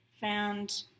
found